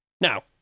Now